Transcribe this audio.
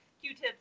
Q-tips